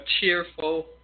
cheerful